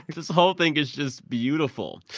this whole thing is just beautiful.